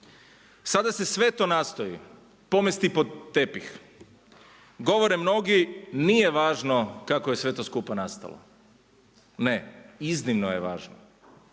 Sada se sve to nastoji pomesti pod tepih. Govore mnogi, nije važno kako je sve to skupa nastalo. Ne iznimno je važno.